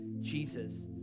Jesus